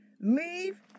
Leave